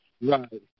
Right